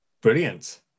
Brilliant